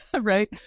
right